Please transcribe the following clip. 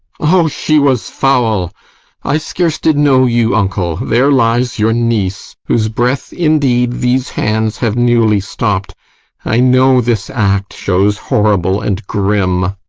o, she was foul i scarce did know you, uncle there lies your niece, whose breath, indeed, these hands have newly stopp'd i know this act shows horrible and grim.